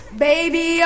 Baby